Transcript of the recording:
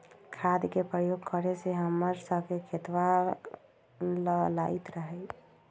खाद के प्रयोग करे से हम्मर स के खेतवा लहलाईत हई